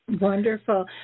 Wonderful